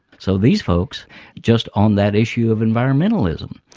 so these folks just on that issue of environmentalism,